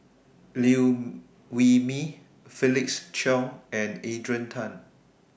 Liew Wee Mee Felix Cheong and Adrian Tan